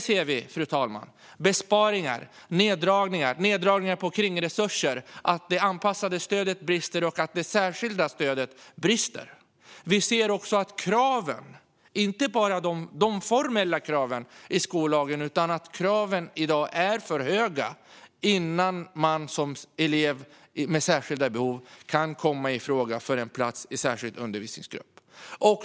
Vi ser i stället besparingar, neddragningar på kringresurser, att det brister i det anpassade stödet och att det brister i det särskilda stödet. Vi ser att inte bara de formella kraven i skollagen utan också kraven i dag är för höga innan man som elev med särskilda behov kan komma i fråga för en plats i särskild undervisningsgrupp.